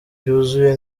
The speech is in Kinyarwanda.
byuzuye